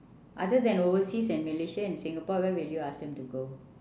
other than overseas and malaysia and singapore where will you ask them to go